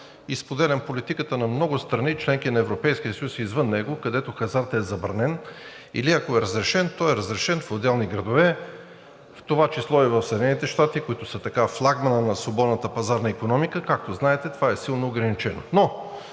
и споделям политиката на много страни – членки на Европейския съюз, и извън него, където хазартът е забранен, или ако е разрешен, той е разрешен в отделни градове. В това число и в САЩ, които са флагманът на свободната пазарна икономика, както знаете, това е силно ограничено.